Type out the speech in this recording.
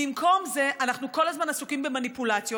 במקום זה אנחנו כל הזמן עסוקים במניפולציות,